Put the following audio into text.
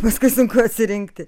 viską sunku atsirinkti